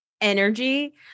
energy